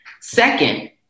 Second